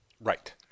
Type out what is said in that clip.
right